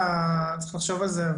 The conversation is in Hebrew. צריך לחשוב על זה,